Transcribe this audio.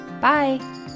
Bye